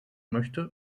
möchte